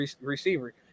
receiver